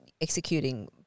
executing